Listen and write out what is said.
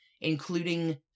including